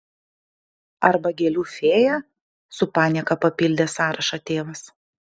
arba gėlių fėja su panieka papildė sąrašą tėvas